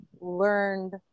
learned